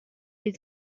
les